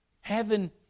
Heaven